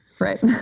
Right